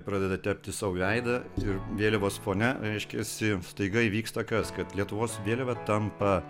pradeda tepti sau veidą ir vėliavos fone reiškiasi staiga įvyksta kas kad lietuvos vėliava tampa